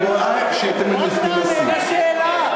אני רואה שאתם, לא ענית על השאלה.